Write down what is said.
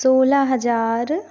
सोलह हज़ार